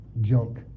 junk